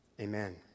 Amen